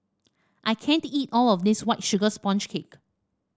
I can't eat all of this White Sugar Sponge Cake